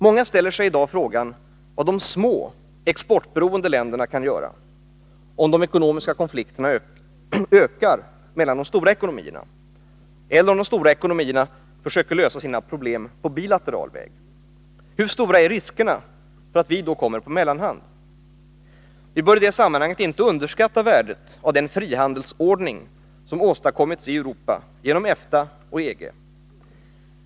Många ställer i dag frågan vad de små exportberoende länderna kan göra om de ekonomiska konflikterna ökar mellan de stora ekonomierna eller om dessa försöker lösa sina problem på bilateral väg. Hur stora är riskerna för att vi då kommer på mellanhand? Vi bör i detta sammanhang inte underskatta värdet av den frihandelsordning som åstadkommits i Europa genom EFTA och EG.